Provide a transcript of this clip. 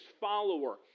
follower